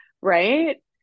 right